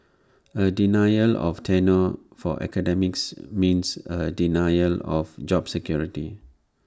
A denial of tenure for academics means A denial of job security